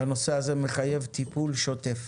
הנושא הזה מחייב טיפול שוטף.